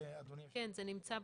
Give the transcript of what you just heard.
זה נמצא ב-60.